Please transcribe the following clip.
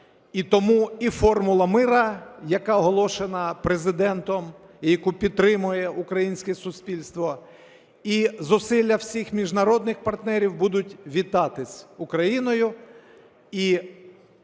І тому і Формула миру, яка оголошена Президентом і яку підтримує українське суспільство, і зусилля всіх міжнародних партнерів будуть вітатися Україною,